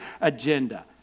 agenda